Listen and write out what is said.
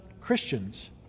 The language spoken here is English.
Christians